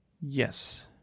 Yes